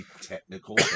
technical